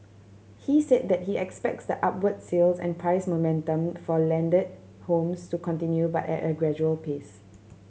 he said that he expects the upward sales and price momentum for landed homes to continue but at a gradual pace